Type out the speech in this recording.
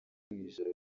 ijoro